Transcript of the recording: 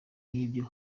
nk’ibyo